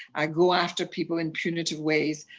go after people in punitive ways,